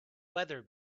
weather